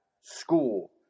School